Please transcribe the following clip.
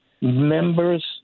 members